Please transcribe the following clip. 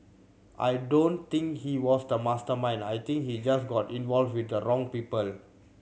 I don't think he was the mastermind I think he just got involved with the wrong people